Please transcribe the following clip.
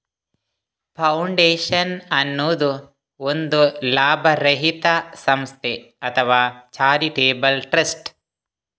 foundation ಅನ್ನುದು ಒಂದು ಲಾಭರಹಿತ ಸಂಸ್ಥೆ ಅಥವಾ ಚಾರಿಟೇಬಲ್ ಟ್ರಸ್ಟ್